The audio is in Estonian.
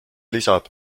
lisab